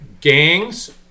gangs